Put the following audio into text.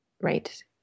Right